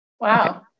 Wow